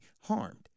harmed